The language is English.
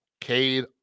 Cade